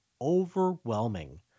overwhelming